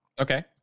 Okay